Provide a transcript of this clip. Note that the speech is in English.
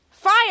fire